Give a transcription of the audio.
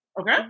okay